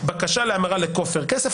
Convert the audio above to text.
בקשה להמרה לכופר כסף,